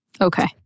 Okay